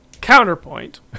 counterpoint